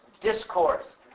discourse